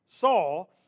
Saul